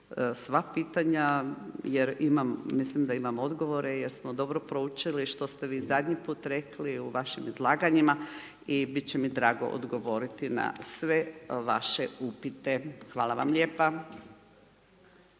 sva pitanja jer imam, mislim da imam odgovore jer smo dobro proučili što ste vi zadnji put rekli u vašim izlaganjima i biti će mi drago odgovoriti na sve vaše upite. Hvala vam lijepa.